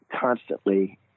constantly